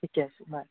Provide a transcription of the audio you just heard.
ঠিকে আছে বাই